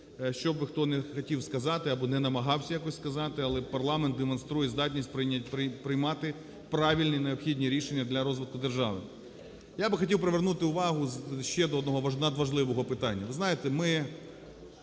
Що б хто не хотів сказати, або не намагався якось сказати, але парламент демонструє здатність приймати правильні й необхідні рішення для розвитку держави. Я би хотів привернути увагу ще до одного надважливого питання.